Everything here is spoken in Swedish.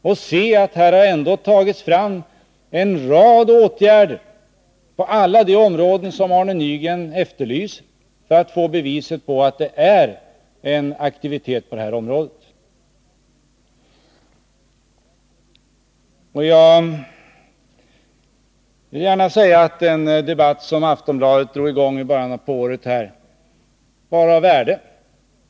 Man finner då att det vidtagits en rad åtgärder på alla områden som Arne Nygren vill att det skall vidtas åtgärder på. Det förekommer alltså här en aktivitet. Jag vill gärna säga att den debatt som Aftonbladet drog i gång i början av året var av värde.